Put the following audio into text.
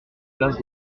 place